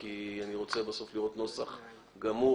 כי אני רוצה לראות נוסח גמור,